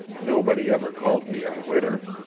nobody ever called me a quitter.